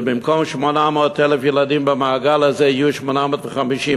ובמקום 800,000 ילדים במעגל הזה יהיו 850,000,